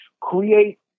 create